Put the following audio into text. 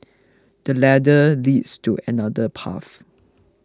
the ladder leads to another path